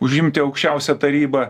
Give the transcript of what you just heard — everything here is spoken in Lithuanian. užimti aukščiausią tarybą